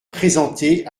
présenté